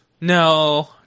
No